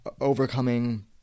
overcoming